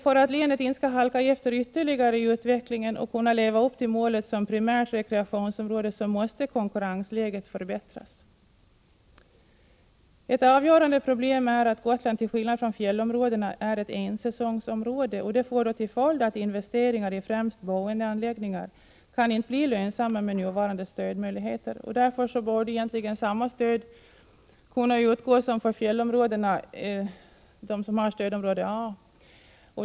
För att länet inte skall halka efter ytterligare i utvecklingen utan kunna leva upp till målet som primärt rekreationsområde måste konkurrensläget förbättras. Ett avgörande problem är att Gotland till skillnad från fjällområdena är ett ensäsongsområde. Det får till följd att investeringar i främst boendeanläggningar inte kan bli lönsamma med nuvarande stödmöjligheter. Därför borde egentligen samma stöd kunna utgå som till fjällområdena, som ingår i stödområde A.